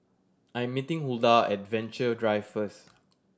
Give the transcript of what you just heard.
I'm meeting Huldah at Venture Drive first